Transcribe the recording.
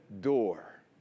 door